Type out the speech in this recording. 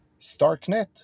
StarkNet